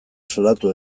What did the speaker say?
salatu